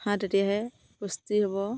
হাঁহ তেতিয়াহে পুষ্টি হ'ব